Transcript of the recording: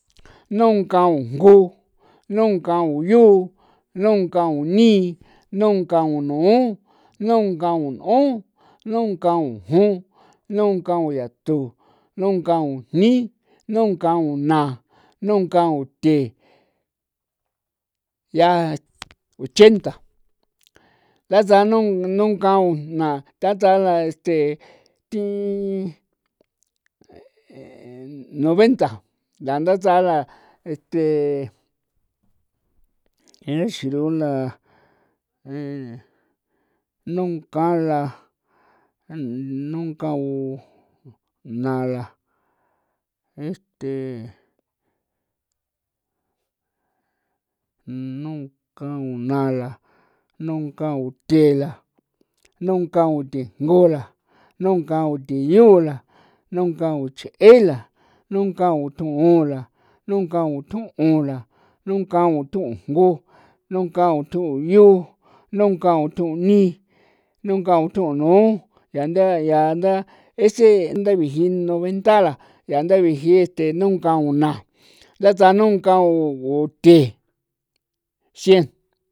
Nunkau jngu, nunkau yu, nunkau ni, nunkau nu, nunkau n'on, nunkau jon, nunkau yatu, nunkau jni, nunkau na, nunkau the, ya ochenta ndatsa nunkaun jna, ndatsa la este thi noventa nda ndatsa la este e xirula nunkau la nunkau na la, este nunkau na la, nunkau uthe la, nunkau the jngu la, nunkau the yu la, nunkau che la, nunkau thoun la, nunkau thun'on la, nunkau tu jngu, nunkau tu yu, nunkau tu ni, nunkau tu nu, ya nda ya ndaa ese nda biji noventa la yaa nda biji este nunkau na, ndatsa nunkau u the cien.